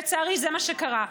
לצערי, זה מה שקרה.